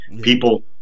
People